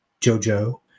JoJo